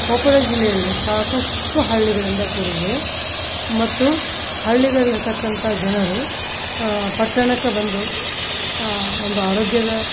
ಕೊಪ್ಪಳ ಜಿಲ್ಲೆಯಲ್ಲಿ ಸಾಕಷ್ಟು ಹಳ್ಳಿಗಳಿಂದ ಕೂಡಿದೆ ಮತ್ತು ಹಳ್ಳಿಗಳಲ್ಲಿರತಕ್ಕಂಥ ಜನರು ಪಟ್ಟಣಕ್ಕೆ ಬಂದು ಆ ಒಂದು ಆರೋಗ್ಯದ